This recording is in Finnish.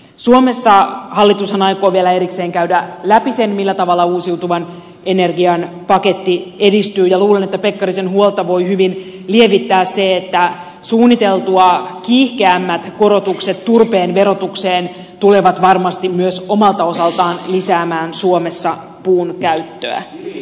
suomessa hallitushan aikoo vielä erikseen käydä läpi sen millä tavalla uusiutuvan energian paketti edistyy ja luulen että pekkarisen huolta voi hyvin lievittää se että suunniteltua kiihkeämmät korotukset turpeen verotukseen tulevat varmasti myös omalta osaltaan lisäämään suomessa puun käyttöä